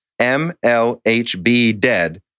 mlhbdead